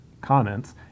comments